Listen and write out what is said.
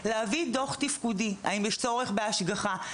להביא דוח תפקודי האם יש צורך בהשגחה.